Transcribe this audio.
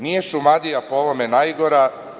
Nije Šumadija po ovome najgora.